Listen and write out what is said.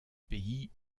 pays